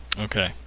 Okay